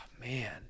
man